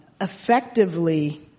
effectively